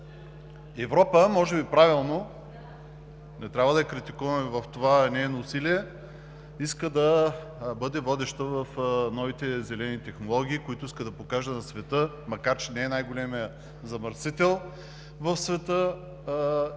Европа, може би правилно – не трябва да я критикуваме в това нейно усилие, иска да бъде водеща в новите зелени технологии, с които иска да покаже на света, макар че не е най-големият замърсител в света,